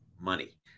money